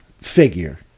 figure